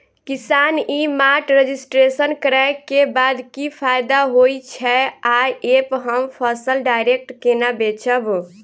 किसान e mart registration करै केँ बाद की फायदा होइ छै आ ऐप हम फसल डायरेक्ट केना बेचब?